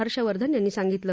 हर्षवर्धन यांनी सांगितलं